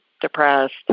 depressed